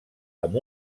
amb